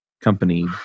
company